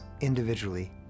individually